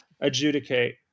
adjudicate